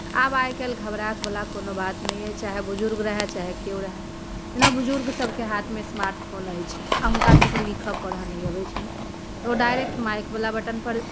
तऽ आब आइ काल्हि घबरायवला कोनो बात नहि अइ चाहे बुजुर्ग रहै चाहे केओ रहै जेना बुजुर्ग सभके हाथमे स्मार्ट फोन अछि आओर हुनका सभके लिखऽ पढ़ऽ नहि अबै छनि तऽ ओ डाइरेक्ट माइकवला बटनपर